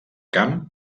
camp